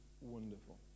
wonderful